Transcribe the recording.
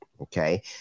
okay